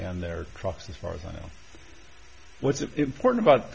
and their trucks as far as i know what's important about